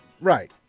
Right